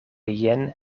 jen